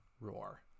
roar